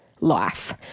life